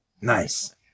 Nice